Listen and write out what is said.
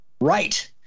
right